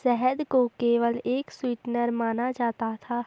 शहद को केवल एक स्वीटनर माना जाता था